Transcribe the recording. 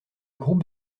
groupe